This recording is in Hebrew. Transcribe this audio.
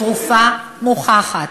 תרופה מוכחת.